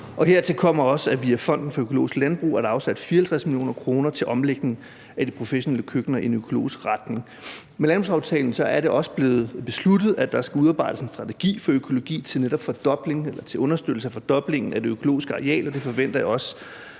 Hertil kommer også, at der via Fonden for økologisk landbrug er afsat 54 mio. kr. til omlægning af de professionelle køkkener i en økologisk retning. Med landbrugsaftalen er det også blevet besluttet, at der skal udarbejdes en strategi for økologi, netop til understøttelse af en fordobling af det økologiske areal, og det forventer jeg også